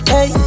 Hey